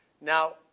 Now